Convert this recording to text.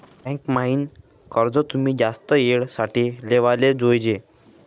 bank म्हाईन कर्ज तुमी जास्त येळ साठे लेवाले जोयजे